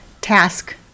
task